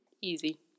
Easy